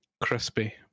Crispy